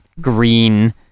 green